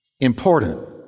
important